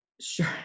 Sure